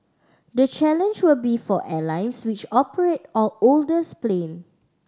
the challenge will be for airlines which operate older planes